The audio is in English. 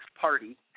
party